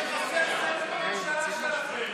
באמת חסרים שרים בממשלת ישראל.